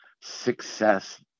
success